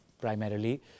primarily